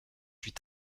fut